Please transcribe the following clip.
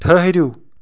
ٹھٔہرِو